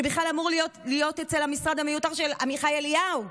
שבכלל אמורה להיות במשרד המיותר של עמיחי אליהו,